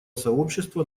сообщества